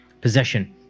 possession